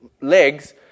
legs